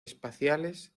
espaciales